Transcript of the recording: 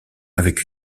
avec